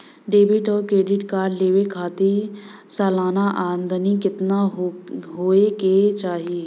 Debit और credit card लेवे के खातिर सलाना आमदनी कितना हो ये के चाही?